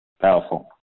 Powerful